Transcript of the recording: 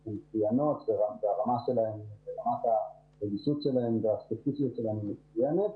הן מצוינות והרמה שלהן ברמת הרגישות שלהן והספציפיות שלהן היא מצוינת.